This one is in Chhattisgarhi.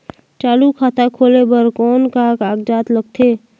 चालू खाता खोले बर कौन का कागजात लगथे?